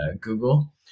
Google